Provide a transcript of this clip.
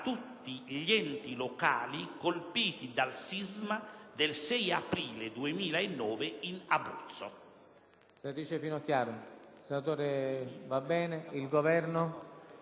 tutti gli enti locali colpiti dal sisma del 6 aprile 2009 in Abruzzo».